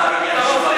הם,